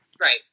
Right